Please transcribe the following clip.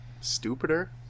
stupider